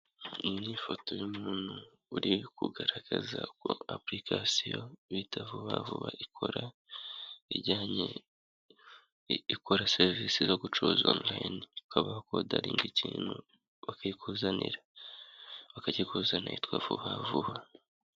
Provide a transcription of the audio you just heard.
Iyi ni ifoto y'umuntu uri kugaragaza ko application bita vuba vuba ikora. Ikora serivisi zo gucuruza online, ukaba wa ka ordering ikintu bakakikuzanira, yitwa vuba vuba.